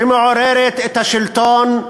שמעוררת את השלטון,